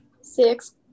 six